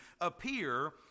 appear